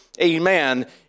Amen